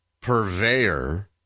purveyor